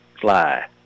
fly